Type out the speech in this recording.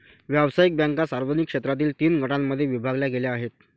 व्यावसायिक बँका सार्वजनिक क्षेत्रातील तीन गटांमध्ये विभागल्या गेल्या आहेत